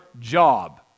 job